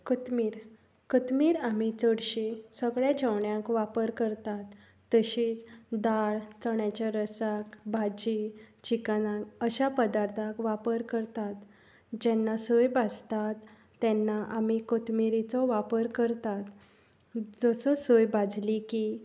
कथमीर कथमीर आमी चडशी सगळ्या जेवणांत वापर करतात तशींच दाळ चण्याचें रसाक भाजी चिकनांत अश्या प्रदार्थान वापर करतात जेन्ना सय भाजतात तेन्ना आमी कथमिरीचो वापर करतात जसो सोय भाजली की